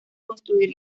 construir